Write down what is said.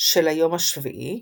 של היום השביעי,